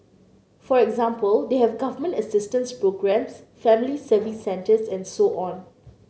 for example they have government assistance programmes Family Service Centres and so on